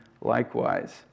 likewise